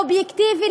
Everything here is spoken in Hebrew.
אובייקטיבי,